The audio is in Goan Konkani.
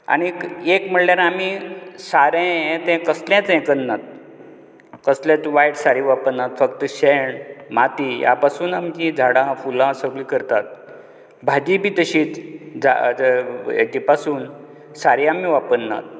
आनी एक म्हळ्यार आमी सारें हें तें कसलेंच हें करनात कसलेंच वायट सारें वापरना फक्त शेण माती ह्या पासून तीं झाडां फुलां सगलीं करतात भाजी बी तशीच हेजे पासून सारें आमी वापरनात